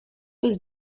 was